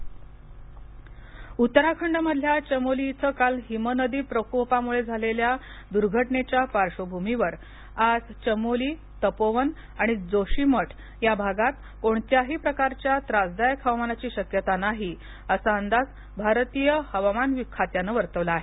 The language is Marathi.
उत्तराखंड हवामान उत्तराखंड मधल्या चामोली इथं काल हिमनदी प्रकोपामुळे झालेल्या झालेल्या दुर्घटनेच्या पार्श्वभूमीवर आज चामोली तपोवन आणि जोशीमठ या भागात कोणत्याही प्रकारच्या त्रासदायक हवामानाची शक्यता नाही असा अंदाज भारतीय हवामान खात्याने वर्तवला आहे